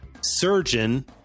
surgeon